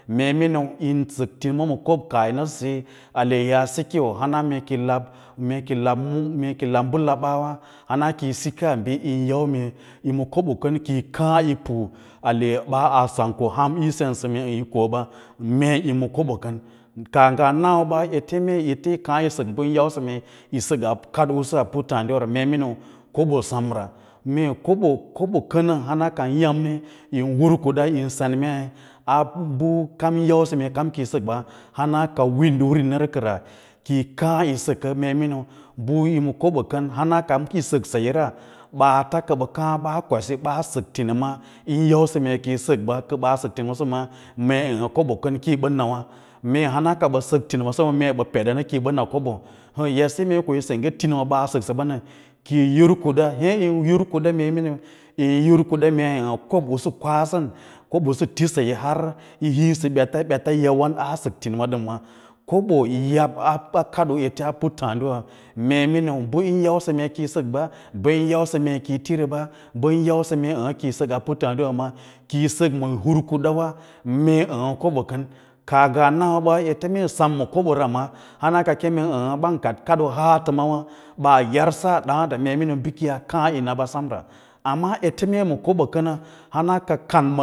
Mee miníu yín sək tinima ma kob kaah yi nasə saye ale mee kiyaa siki hana mee kiyi lab mee kiyi lab bə laba hana ki ye’ sikas bi yin yau mee yi ma kobo kən kiya kaay yi pu’u ale aa koa han yin sensə mee yi ko ba, mee yima kobo kən. Kaa ngaa nawa ɓa ete yi kaã yi sək ɓə yin yausə mee yi səkaa a kadooꞌusu a puttǎǎdiwara mee miniu koɓa semra mee koɓo koɓo kənə hana ka ndə yamri yin hur kuɗa yin sen mei a bu kam yin yausə mee ki yi sək ɓa hana wirini wirini kəra ko yi kaã yi səkə mee miniun bu yo ma kobo kən hana kam yi sək saye ra ɓaa ta kə ɓa kaã ɓaa kwasi sək tinima u yín yausə mee ko yi səkɓa a sək tinimssəma mee əə əə kobo kən ki yi ɓən nawâ mee hana ka ɓə sək tinima səma mee bə peɗenə ki yi ɓə na kobo edsiyi mee yi ko yi sengge tinima baa sək sə ban nə kə yi yur kuda ye yin hur kuda mee miniu yin kuda mee ən kob usu kwasən kob ꞌusu ti saye har yī hiĩ ɓeta, ɓeta yawan aa sək tinima dəm wa, kobo yi yab a kadoo ete a puttǎǎdiwa, mee miniu ɓəyin yausə mee kiyi səkɓa bə yin yausal mee kiyi tiriɓa bəyin yausə mee əə əə kiyi səkaa puttǎǎdiwa maa ɓa ki yi sək ma hur kudawa mee əə əə kobo kən kaa ngaa nawa ɓa ete mee yi sem ma kobo ra ma hana ka kem əə əə ɓaa kaɗ kadoo haatəmawa ɓaa yarsa ra daãn da mee miniu ɓə ki yaa taa na ɓa semra amma mee ete ma kobo kənə hana ka.